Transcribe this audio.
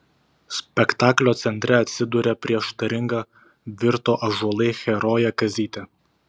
spektaklio centre atsiduria prieštaringa virto ąžuolai herojė kazytė